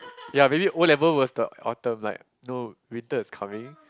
ya maybe O-level was the Autumn like no winter is coming